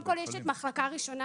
קודם כל, יש את "מחלקה ראשונה"